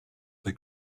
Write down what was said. they